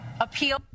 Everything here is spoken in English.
appeal